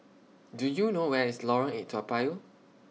Do YOU know Where IS Lorong eight Toa Payoh